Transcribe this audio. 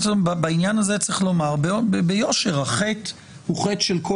בעניין הזה צריך לומר ביושר שהחטא הוא חטא של כל